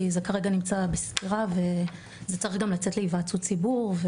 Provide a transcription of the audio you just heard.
כי זה כרגע נמצא בסקירה וזה צריך גם לצאת להיוועצות ציבור.